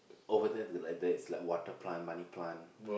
over there the like that is water plant money plant